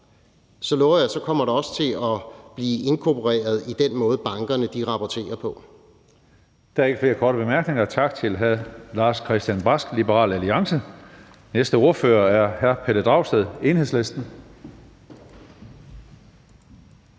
så lover jeg også, at det kommer til at blive inkorporeret i den måde, bankerne rapporterer på.